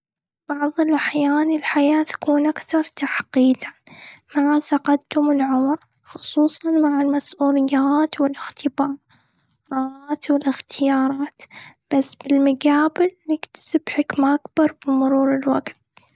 بعض الأحيان الحياة تكون أكثر تعقيداً مع تقدم العمر. خصوصاً مع المسؤوليات والإختبارات والإختيارات، بس بالمقابل نكتسب حكمة أكبر بمرور الوقت.